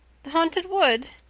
the haunted wood!